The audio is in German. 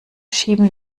schieben